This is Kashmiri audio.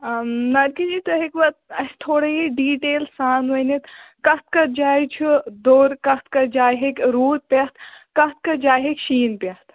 نرگِس جی تُہۍ ہیٚکِوا اَسہِ تھوڑا یہِ ڈِٹیل سان ؤنِتھ کَتھ کَتھ جایہِ چھُ دوٚرکَتھ کَتھ جایہِ ہیٚکہِ روٗد پٮ۪تھ کَتھ کَتھ جایہِ جایہِ ہیٚکہِ شیٖن پٮ۪تھ